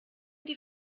die